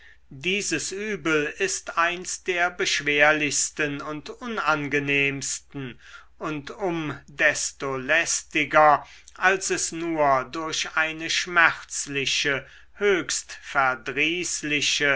dieses übel ist eins der beschwerlichsten und unangenehmsten und um desto lästiger als es nur durch eine schmerzliche höchst